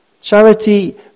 Charity